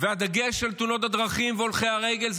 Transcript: והדגש על תאונות הדרכים והולכי רגל,